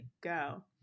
go